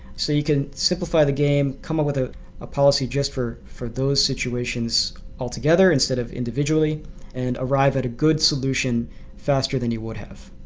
so you can simplify the game, come up with ah a policy just for for those situations altogether instead of individually and arrive at a good solution faster than you would have.